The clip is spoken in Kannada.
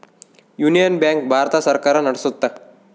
ಯೂನಿಯನ್ ಬ್ಯಾಂಕ್ ಭಾರತ ಸರ್ಕಾರ ನಡ್ಸುತ್ತ